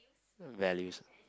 values ah